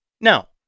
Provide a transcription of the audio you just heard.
Now